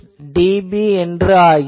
26dB ஆகிறது